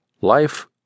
life